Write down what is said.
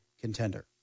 contender